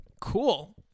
Cool